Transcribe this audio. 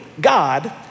God